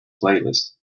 playlist